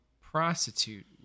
prostitute